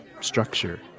structure